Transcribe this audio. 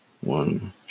One